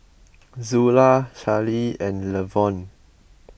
Zula Charley and Levon